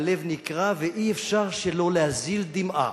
הלב נקרע ואי-אפשר שלא להזיל דמעה